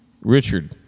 Richard